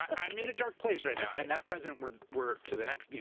i'm in a dark place right now. and that president were were to the next.